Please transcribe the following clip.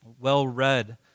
well-read